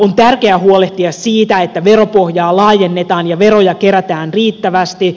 on tärkeää huolehtia siitä että veropohjaa laajennetaan ja veroja kerätään riittävästi